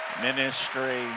ministry